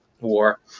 war